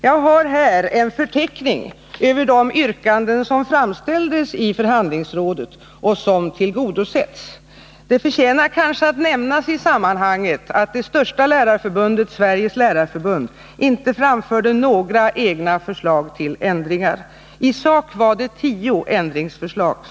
Jag har här en förteckning över de yrkanden som framställdes i förhandlingsrådet, vilka har tillgodosetts. Det förtjänar kanske att nämnas i sammanhanget att det största lärarförbundet, Sveriges lärarförbund, inte framförde några egna förslag till ändringar. I sak framfördes det tio ändringsförslag.